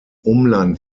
umland